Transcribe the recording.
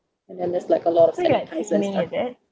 and then there's like a lot of sad cases